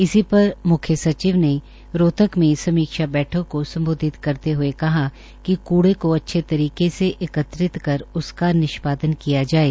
इसी पर म्ख्य सचिव ने रोहतक में समीक्षा बैठक को सम्बोधित करते हये कहा कि कूड़े को अच्छे तरीके से एकत्रित कर उसका निष्पादन किया जाये